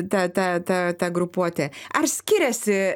ta ta ta ta grupuotė ar skiriasi